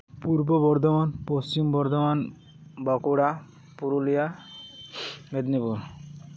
Purba Bardhaman Paschim Bardhaman Bankura Purulia Medinipur